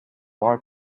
while